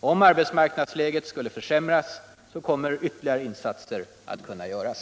Om arbetsmarknadsläget skulle försämras kommer ytterligare insatser att kunna göras.